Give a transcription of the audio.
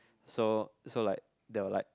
so so like they were like